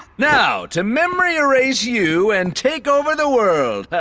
now to memory erase you and take over the world.